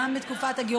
גם בתקופת הגירושים,